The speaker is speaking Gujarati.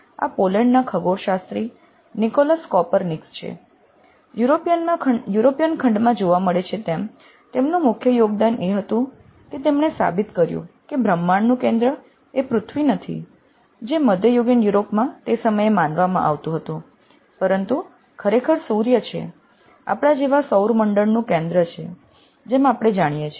આ પોલેન્ડના ખગોળશાસ્ત્રી નિકોલસ કોપરનીકસ છે યુરોપિયન ખંડમાં જોવા મળે છે તેમ તેમનું મુખ્ય યોગદાન એ હતું કે તેણે સાબિત કર્યું કે બ્રહ્માંડનું કેન્દ્ર એ પૃથ્વી નથી જે મધ્યયુગીન યુરોપમાં તે સમયે માનવામાં આવતું હતું પરંતુ ખરેખર સૂર્ય છે આપણા જેવા સૌરમંડળનું કેન્દ્ર છે જેમ આપણે જાણીએ છીએ